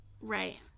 Right